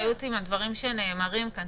אנחנו צריכים לקחת אחריות על הדברים שנאמרים כאן.